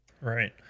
Right